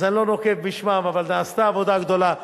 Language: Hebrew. אני לא נוקב בשמם, אבל נעשתה עבודה גדולה.